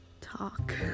talk